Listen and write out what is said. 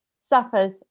suffers